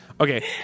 Okay